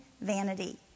vanity